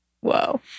Whoa